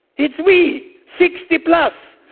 it's we! sixty plus!